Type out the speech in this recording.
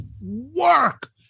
work